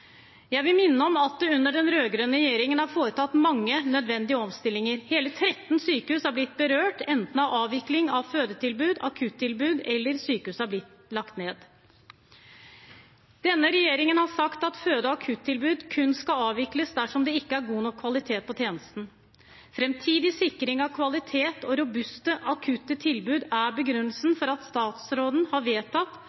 Jeg vil minne om at det under den rød-grønne regjeringen er foretatt mange nødvendige omstillinger. Hele 13 sykehus har blitt berørt, enten av avvikling av fødetilbud eller akuttilbud, eller ved at sykehuset har blitt lagt ned. Denne regjeringen har sagt at føde- og akuttilbud kun skal avvikles dersom det ikke er god nok kvalitet på tjenesten. Framtidig sikring av kvalitet og robuste akuttilbud er